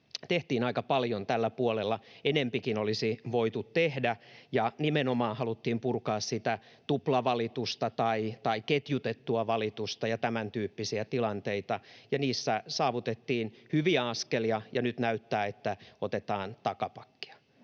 tehtiin aika paljon tällä puolella, ja enempikin olisi voitu tehdä, ja nimenomaan haluttiin purkaa sitä tuplavalitusta tai ketjutettua valitusta ja sentyyppisiä tilanteita. Niissä saavutettiin hyviä askelia, ja nyt näyttää, että otetaan takapakkia.